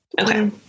okay